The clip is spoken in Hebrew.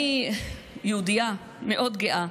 אני יהודייה מאוד גאה.